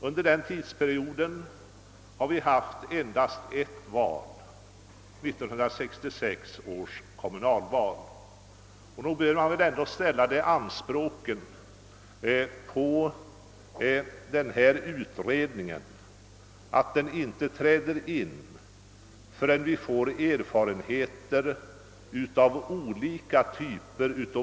Under den tiden har vi bara haft ett enda val, nämligen 1966 års kommunalval, och nog bör man väl ändå kunna ställa det önskemålet att utredningen inte tillsätts förrän vi får erfarenheter av olika typer av val.